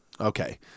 Okay